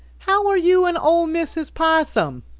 how are you and ol' mrs. possum?